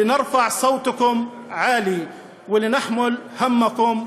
להשמיע את קולכם ולדאוג לעניינים שלכם,